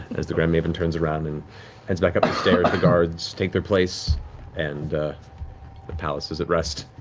as the grand maven turns around and heads back up the stairs, the guards take their place and the palace is at rest.